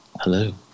Hello